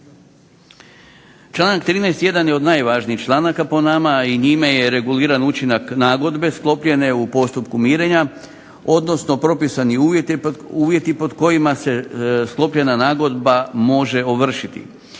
Članak 13. jedan je od najvažnijih članaka po nama i njime je reguliran učinak nagodbe sklopljene u postupku mirenja, odnosno propisani uvjeti pod kojima se sklopljena nagodba može ovršiti.